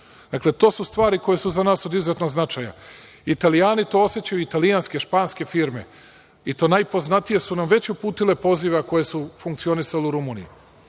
to su stvari koje su za nas od izuzetnog značaja. Italijani to osećaju, italijanske, španske firme i to najpoznatije su nam uputile pozive koje su funkcionisale u Rumuniji,